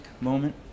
moment